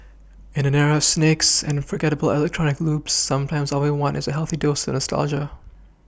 in an era snakes and forgettable electronic loops sometimes all we want is a healthy dose of nostalgia